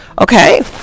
Okay